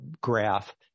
graph